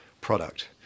product